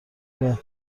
بعد